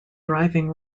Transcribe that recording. driving